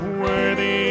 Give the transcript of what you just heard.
worthy